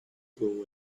blue